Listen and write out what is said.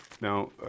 Now